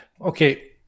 Okay